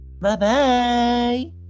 Bye-bye